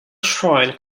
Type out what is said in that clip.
shrine